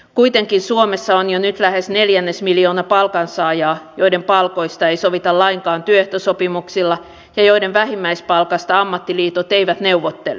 kuitenkin suomessa on jo nyt lähes neljännesmiljoona palkansaajaa joiden palkoista ei sovita lainkaan työehtosopimuksilla ja joiden vähimmäispalkasta ammattiliitot eivät neuvottele